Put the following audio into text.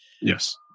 Yes